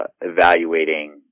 evaluating